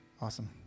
Awesome